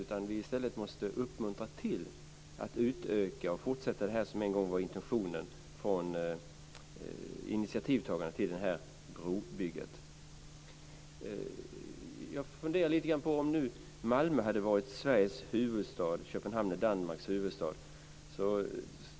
Vi måste i stället uppmuntra till att utöka och fortsätta det som en gång var den intention som initiativtagaren till brobygget hade. Jag har funderat lite grann på om Malmö hade varit Sveriges huvudstad, Köpenhamn är Danmarks huvudstad.